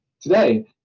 Today